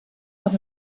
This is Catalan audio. amb